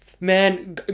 man